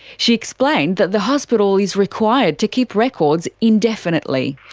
she explained that the hospital is required to keep records indefinitely.